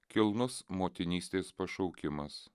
kilnus motinystės pašaukimas